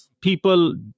People